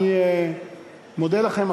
אני מודה לכם.